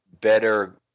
better